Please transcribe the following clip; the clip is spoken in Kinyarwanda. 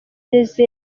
n’izindi